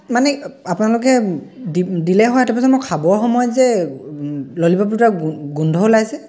মানে আপোনালোকে দিলে হয় তাৰপাছত মই খাবৰ সময়ত যে ললিপ'প দুটা গোন্ধ ওলাইছে